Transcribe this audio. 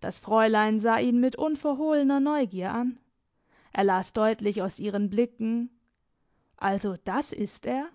das fräulein sah ihn mit unverhohlener neugier an er las deutlich aus ihren blicken also das ist er